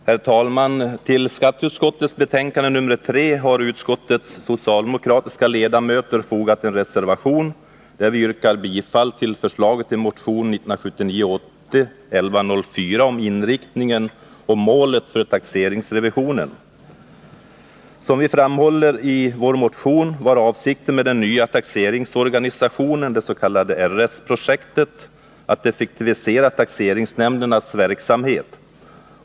Herr talman! Till skatteutskottets betänkande nr 3 har utskottets socialdemokratiska ledamöter fogat en reservation, där vi yrkar bifall till förslaget i motion 1979/80:1104 om inriktningen av och målet för taxeringsrevisionen. Som vi framhåller i vår motion var avsikten med den nya taxeringsorganisationen, det s.k. RS-projektet, att effektivisera taxeringsnämndernas verksamhet.